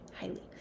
highly